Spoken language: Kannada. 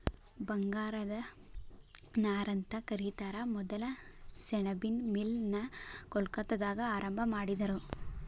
ಬಂಗಾರದ ನಾರಂತ ಕರಿತಾರ ಮೊದಲ ಸೆಣಬಿನ್ ಮಿಲ್ ನ ಕೊಲ್ಕತ್ತಾದಾಗ ಆರಂಭಾ ಮಾಡಿದರು